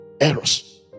errors